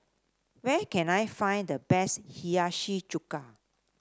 where can I find the best Hiyashi Chuka